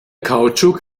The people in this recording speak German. kautschuk